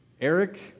Eric